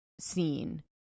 seen